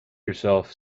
yourself